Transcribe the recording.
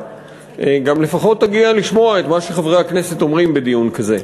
גם לפחות תגיע לשמוע את מה שחברי הכנסת אומרים בדיון כזה.